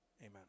Amen